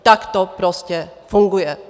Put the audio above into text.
Tak to prostě funguje.